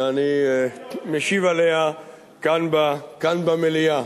שאני משיב עליה כאן, במליאה.